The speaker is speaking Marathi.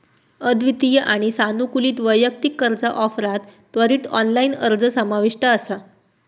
अद्वितीय आणि सानुकूलित वैयक्तिक कर्जा ऑफरात त्वरित ऑनलाइन अर्ज समाविष्ट असा